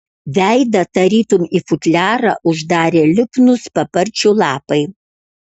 veidą tarytum į futliarą uždarė lipnūs paparčių lapai